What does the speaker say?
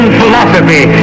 philosophy